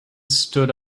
stood